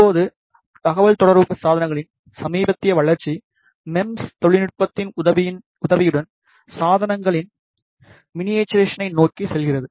இப்போது தகவல்தொடர்பு சாதனங்களின் சமீபத்திய வளர்ச்சி மெம்ஸ் தொழில்நுட்பத்தின் உதவியுடன் சாதனங்களின் மினியேட்டரைசேஷனை நோக்கி செல்கிறது